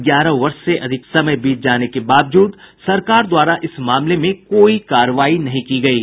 ग्यारह वर्ष से अधिक समय बीत जाने के बावजूद सरकार द्वारा इस मामले में कोई कार्रवाई नहीं की गयी